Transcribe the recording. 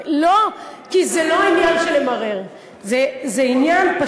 למה למרר את החיים לבני-אדם?